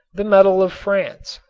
the metal of france?